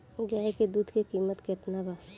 गाय के दूध के कीमत केतना बा?